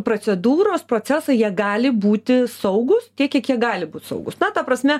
procedūros procesą jie gali būti saugūs tiek kiek jie gali būt saugus na ta prasme